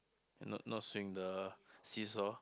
not not swing the seesaw